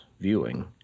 viewing